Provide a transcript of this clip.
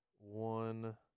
One